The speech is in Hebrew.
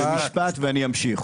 משפט ואני אמשיך,